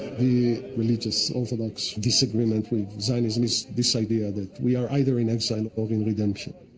the religious orthodox disagreement with zionism is this idea that we are either in exile or in redemption.